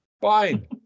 Fine